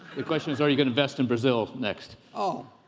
the question is are you gonna invest in brazil next? oh,